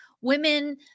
women